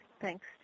Thanks